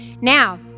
Now